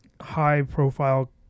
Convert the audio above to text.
high-profile